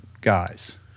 guys